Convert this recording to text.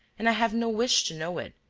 and i have no wish to know it.